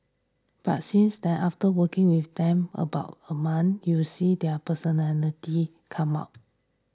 but since then after working with them about a month you see their personality come out